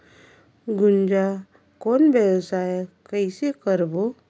गुनजा कौन व्यवसाय कइसे करबो?